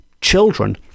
children